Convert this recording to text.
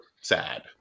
sad